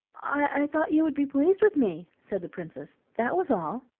i thought you would be pleased with me, said the princess that was all.